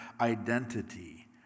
identity